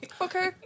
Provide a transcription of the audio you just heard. Okay